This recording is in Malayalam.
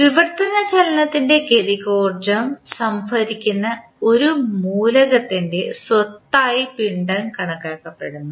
വിവർത്തന ചലനത്തിൻറെ ഗതികോർജ്ജം സംഭരിക്കുന്ന ഒരു മൂലകത്തിൻറെ സ്വത്തായി പിണ്ഡം കണക്കാക്കപ്പെടുന്നു